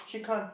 she can't